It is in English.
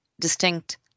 distinct